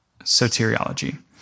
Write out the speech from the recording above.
soteriology